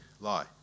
lie